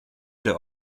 der